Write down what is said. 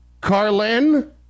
Carlin